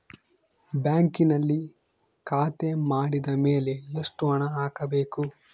ಬ್ಯಾಂಕಿನಲ್ಲಿ ಖಾತೆ ಮಾಡಿದ ಮೇಲೆ ಎಷ್ಟು ಹಣ ಹಾಕಬೇಕು?